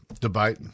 debate